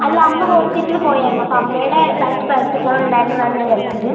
അല്ല അമ്മ ഹോസ്പിറ്റലിൽ പോയിരുന്നു അപ്പോൾ അമ്മേടെ ബാക്കി പാരസെറ്റമോൾ ഉണ്ടായിരുന്നതാണ് ഞാൻ കഴിച്ചത്